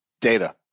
Data